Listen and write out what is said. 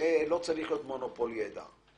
שלא צריך להיות מונופול ידע.